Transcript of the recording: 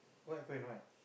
what happen why